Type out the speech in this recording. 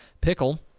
Pickle